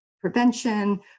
prevention